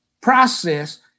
process